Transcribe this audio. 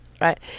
right